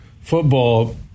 football